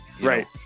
Right